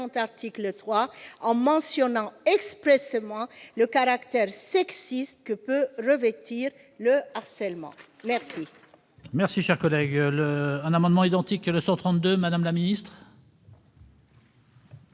en mentionnant expressément le caractère sexiste que peut revêtir le harcèlement. La